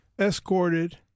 escorted